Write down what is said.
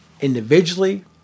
Individually